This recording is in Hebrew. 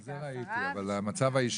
את זה ראיתי אבל לא שמתי לב למצב האישי.